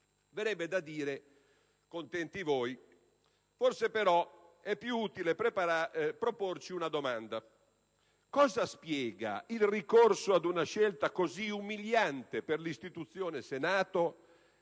Verrebbe da dire: contenti voi! Forse però è più utile porci una domanda: cosa spiega il ricorso ad una scelta così umiliante per l'istituzione Senato